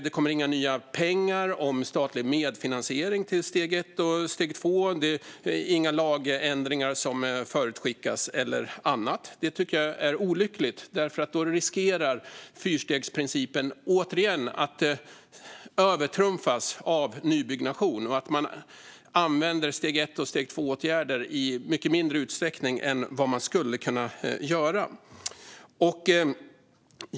Det kommer inga nya pengar som statlig medfinansiering till steg ett och steg två. Det är inga lagändringar eller något annat som har förutskickats. Detta tycker jag är olyckligt, för då riskerar fyrstegsprincipen återigen att övertrumfas av nybyggnation. Och det finns risk att man använder steg ett-åtgärder och steg två-åtgärder i mycket mindre utsträckning än vad man skulle kunna göra.